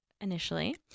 Initially